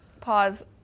Pause